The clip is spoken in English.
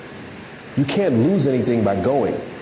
you can't lose anything by going.